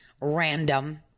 random